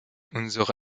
unsere